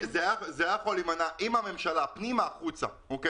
זה היה יכול להימנע אם הממשלה הייתה אומרת